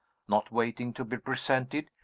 not waiting to be presented,